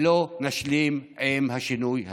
ולא נשלים עם השינוי הזה.